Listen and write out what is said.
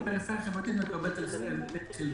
והפריפריה החברתית מקבלת את חלקה.